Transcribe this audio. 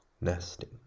Nesting